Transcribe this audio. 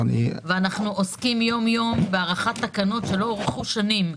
אנחנו עוסקים יום-יום בהארכת תקנות שלא הוארכו שנים.